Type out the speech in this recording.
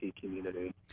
community